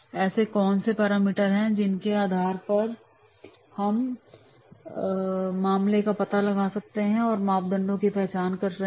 ऐसे कौन से पैरामीटर है जिनके आधार पर हम मामले का पता लगा रहे हैं और मापदंडों की पहचान कर रहे हैं